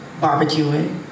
barbecuing